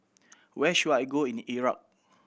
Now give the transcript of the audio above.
where should I go in Iraq